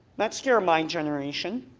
that scare my generation